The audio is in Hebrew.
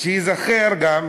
שתיזכר בו גם